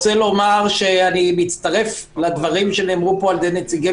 אני מצטרף לדברים שנאמרו פה על ידי נציגי